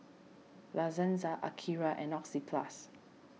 La Senza Akira and Oxyplus